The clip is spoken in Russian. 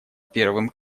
первым